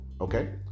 okay